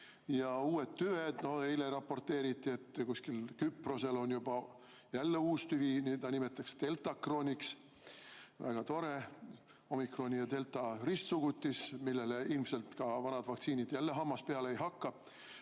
on uued tüved. Eile raporteeriti, et kuskil Küprosel on juba jälle uus tüvi, mida nimetatakse deltakroniks. Väga tore! Omikroni ja delta ristsugutis, millele ilmselt vanadel vaktsiinidel hammas peale ei hakka.